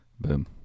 Boom